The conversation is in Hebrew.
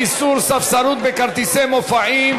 איסור ספסרות בכרטיסי מופעים),